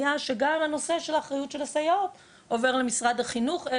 היה שגם הנושא של האחריות של הסייעות עובר למשרד החינוך.